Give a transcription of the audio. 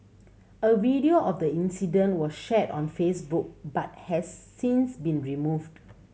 a video of the incident was shared on Facebook but has since been removed